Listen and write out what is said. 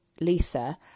Lisa